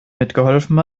mitgeholfen